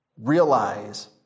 realize